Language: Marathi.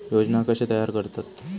योजना कशे तयार करतात?